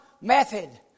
method